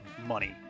money